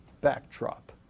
backdrop